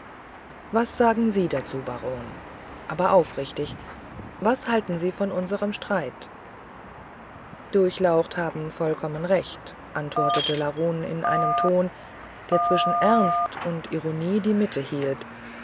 was sagen sie dazu baron aber aufrichtig was halten sie von unserem streit durchlaucht haben vollkommen recht antwortete larun in einem ton der zwischen ernst und ironie die mitte hielt